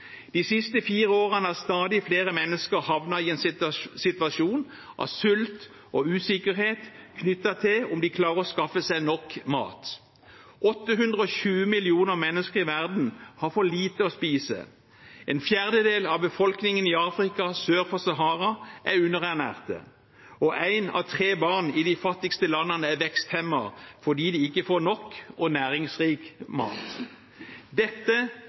De siste fire årene har stadig flere mennesker havnet i en situasjon med sult og usikkerhet knyttet til om de klarer å skaffe seg nok mat. 820 millioner mennesker i verden har for lite å spise. En fjerdedel av befolkningen i Afrika sør for Sahara er underernært, og ett av tre barn i de fattigste landene er veksthemmet fordi de ikke får nok og næringsrik mat. Dette